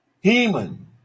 Heman